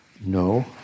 No